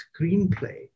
screenplay